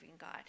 God